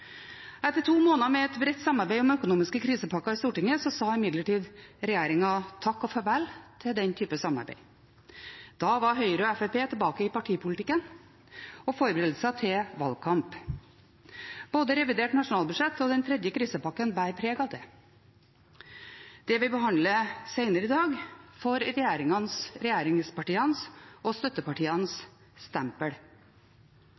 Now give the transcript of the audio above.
Etter to måneder med et bredt samarbeid om økonomiske krisepakker i Stortinget sa imidlertid regjeringen takk og farvel til den type samarbeid. Da var Høyre og Fremskrittspartiet tilbake i partipolitikken og forberedelse til valgkamp. Både revidert nasjonalbudsjett og den tredje krisepakken bærer preg av det. Det vi behandler senere i dag, får regjeringspartienes og